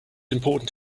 important